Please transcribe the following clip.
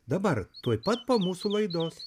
dabar tuoj pat po mūsų laidos